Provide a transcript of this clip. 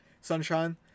sunshine